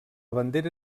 bandera